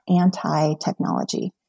anti-technology